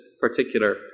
particular